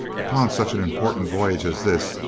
upon such an important voyage as this,